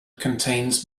contains